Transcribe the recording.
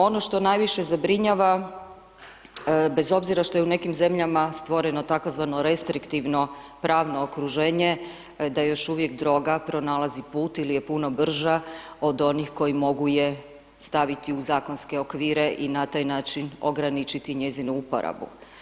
Ono što najviše zabrinjava, bez obzira što je u nekim zemljama stvoreno tzv. restriktivno pravno okruženje da još uvijek droga pronalazi put ili je puno brža od onih koji mogu je staviti u zakonske okvire i na taj način ograničiti njezinu uporabu.